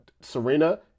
Serena